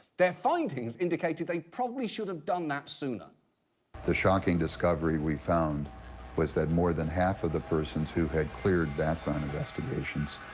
their findings indicated they probably should have done that sooner. tomsheck the shocking discovery we found was that more than half of the persons who had cleared background investigations,